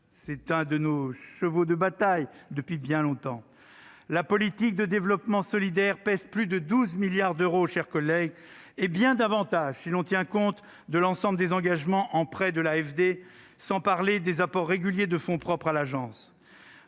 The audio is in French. est un de nos chevaux de bataille depuis bien longtemps. La politique de développement solidaire pèse plus de 12 milliards d'euros, mes chers collègues, et bien davantage si l'on tient compte de l'ensemble des engagements en prêts de l'AFD, sans parler des apports réguliers de fonds propres à l'agence.